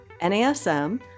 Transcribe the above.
NASM